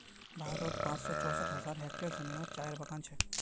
भारतोत पाँच सौ चौंसठ हज़ार हेक्टयर ज़मीनोत चायेर बगान छे